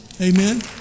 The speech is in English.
Amen